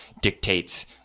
dictates